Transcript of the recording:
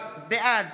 בעד